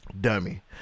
Dummy